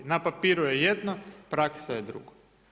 Na papiru je jedno, praksa je drugo.